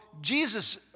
Jesus